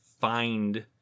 find